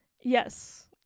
Yes